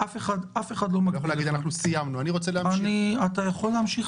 אף אחד לא מגביל --- אתה לא יכול להגיד 'אנחנו סיימנו',